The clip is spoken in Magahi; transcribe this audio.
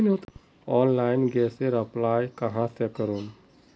ऑनलाइन गैसेर अप्लाई कहाँ से करूम?